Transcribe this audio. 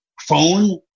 phone